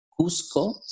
Cusco